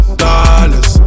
dollars